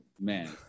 man